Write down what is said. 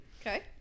Okay